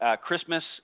Christmas